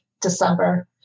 December